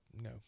No